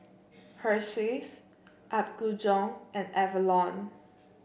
Hersheys Apgujeong and Avalon